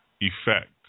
effect